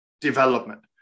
development